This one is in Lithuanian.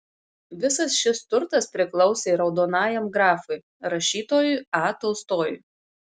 visas šis turtas priklausė raudonajam grafui rašytojui a tolstojui